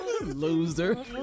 Loser